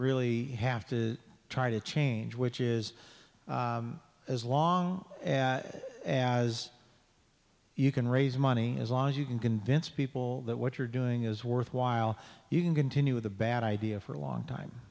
really have to try to change which is as as long you can raise money as long as you can convince people that what you're doing is worthwhile you can continue with a bad idea for a long time